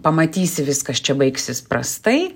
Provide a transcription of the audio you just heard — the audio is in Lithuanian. pamatysi viskas čia baigsis prastai